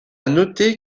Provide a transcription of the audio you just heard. noter